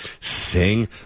sing